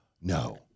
No